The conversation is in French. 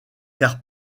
car